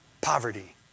poverty